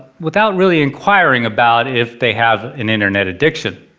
without really inquiring about if they have an internet addiction.